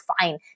fine